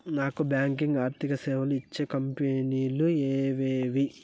Non banking ఆర్థిక సేవలు ఇచ్చే కంపెని లు ఎవేవి?